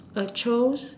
a chose